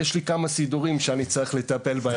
יש לי כמה סידורים שאני צריך לטפל בהם.